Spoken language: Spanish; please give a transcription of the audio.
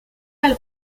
del